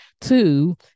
Two